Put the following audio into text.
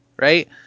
right